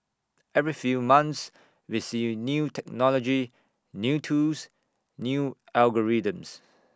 every few months we see new technology new tools new algorithms